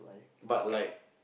but like